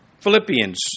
Philippians